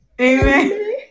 amen